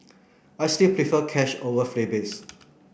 I still prefer cash over freebies